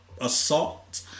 assault